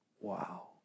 Wow